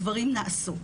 הדברים נעשו.